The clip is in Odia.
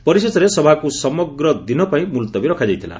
ପରିଶେଷରେ ସଭାକୁ ସମଗ୍ର ଦିନ ପାଇଁ ମୁଲତବୀ ରଖାଯାଇଥିଲା